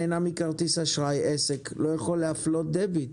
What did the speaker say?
שנהנה מכרטיס אשראי לא יכול להפלות דביט.